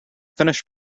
finished